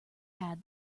add